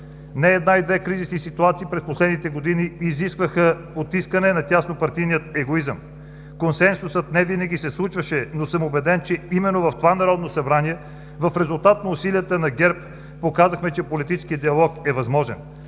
Не една и две кризисни ситуации през последните години изискваха потискане на тяснопартийния егоизъм. Консенсусът не винаги се случваше, но съм убеден, че именно в това Народно събрание, в резултат на усилията на ГЕРБ показахме, че политически диалог е възможен.